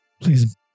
please